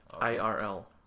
I-R-L